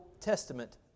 Testament